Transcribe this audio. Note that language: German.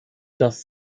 das